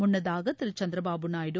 முன்னதாக திரு சந்திரபாபு நாயுடு